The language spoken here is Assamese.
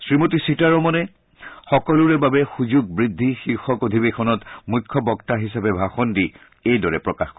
শ্ৰীমতী সীতাৰমনে সকলোৰে বাবে সুযোগ বৃদ্ধি শীৰ্ষক অধিৱেশনত মুখ্য বক্তা হিচাপে ভাষণ দি এইদৰে প্ৰকাশ কৰে